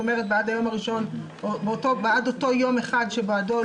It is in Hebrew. נדבר איתו עוד מעט.